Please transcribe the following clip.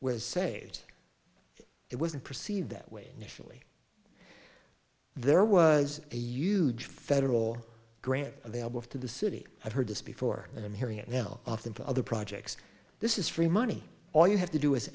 was saved it wasn't perceived that way nationally there was a huge federal grant available to the city i've heard this before and i'm hearing it now often for other projects this is free money all you have to do